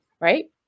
Right